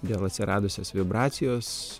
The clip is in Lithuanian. dėl atsiradusios vibracijos